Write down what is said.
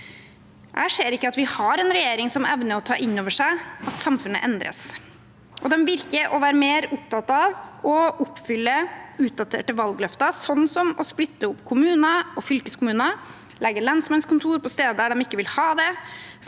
Jeg ser ikke at vi har en regjering som evner å ta inn over seg at samfunnet endres. De virker å være mer opptatt av å oppfylle utdaterte valgløfter, slik som å splitte opp kommuner og fylkeskommuner og legge lensmannskontor på steder der man ikke vil ha det,